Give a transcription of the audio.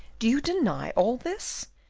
do you deny all this?